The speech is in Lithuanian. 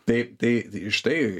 tai tai štai